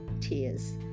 tears